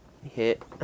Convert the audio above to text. Hit